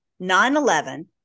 9-11